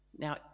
Now